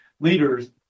leaders